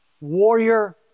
warrior